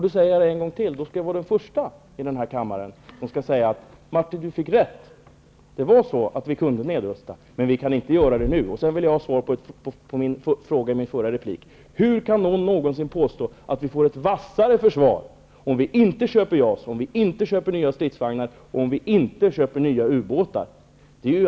Då skall jag vara den förste i kammaren att säga att Martin Nilsson fick rätt, vi kunde nedrusta. Men vi kan inte göra det nu. Jag vill ha svar på frågan i min förra replik: Hur kan någon någonsin påstå att vi får ett vassare försvar om vi inte köper JAS, inte köper nya stridsvagnar och inte köper nya ubåtar?